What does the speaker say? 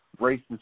racist